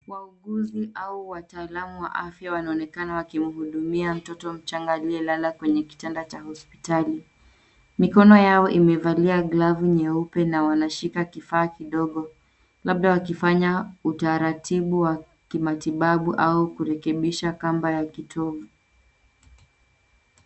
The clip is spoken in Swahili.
Wauguzi au wataalamu wa afya wanaonekana wakimhudumia mtoto mchanga aliyelala kwenye kitanda cha hospitali. Mikono yao imevalia glavu nyeupe na wanashika kifaa kidogo labda wakifanya utaratibu wa kimatibabu au kurekebisha kamba ya kitovu.